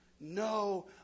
no